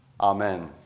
Amen